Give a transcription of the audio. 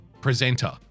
presenter